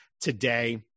today